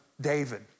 David